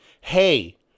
hey